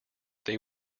they